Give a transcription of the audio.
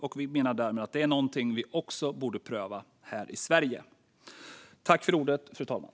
Vi menar därmed att det är något vi borde pröva också här i Sverige.